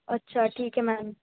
ਅੱਛਾ ਠੀਕ ਹੈ ਮੈਮ